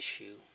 issue